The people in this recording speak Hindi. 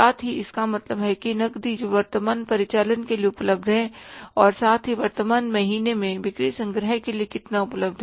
साथ ही इसका मतलब है कि नकदी जो वर्तमान परिचालन के लिए उपलब्ध है और साथ ही वर्तमान महीने में बिक्री संग्रह के लिए कितना उपलब्ध है